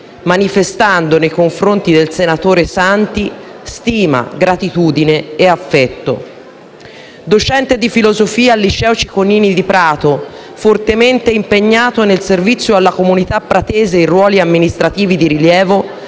manifestando nei confronti del senatore Santi stima, gratitudine e affetto. Docente di filosofia al liceo Cicognini di Prato, fortemente impegnato nel servizio alla comunità pratese in ruoli amministrativi di rilievo,